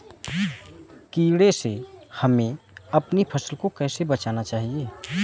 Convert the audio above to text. कीड़े से हमें अपनी फसल को कैसे बचाना चाहिए?